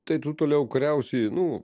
tai tu toliau kariausi nu